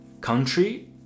country